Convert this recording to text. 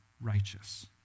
righteous